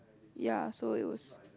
ya so it was